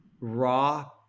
raw